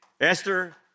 Esther